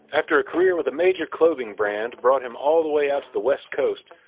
after a career with a major clothing brand brought him all the way out to the west coast,